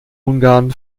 ungarn